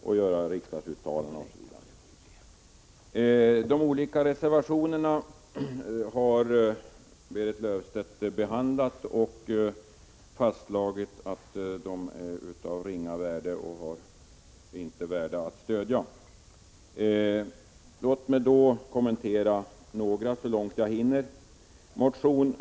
Berit Löfstedt har behandlat de olika reservationerna och fastslagit att de är av ringa värde och inte värda att stödja. Jag vill kommentera detta så långt jag hinner.